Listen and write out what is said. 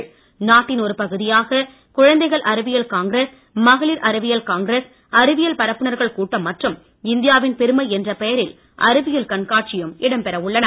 மாநாட்டின் ஒரு பகுதியாக குழந்தைகள் அறிவியல் காங்கிரஸ் மகளிர் அறிவியல் காங்கிரஸ் அறிவியல் பரப்புநர்கள் கூட்டம் மற்றும் இந்தியாவின் பெருமை என்ற பெயரில் அறிவியல் கண்காட்சியும் இடம்பெற உள்ளன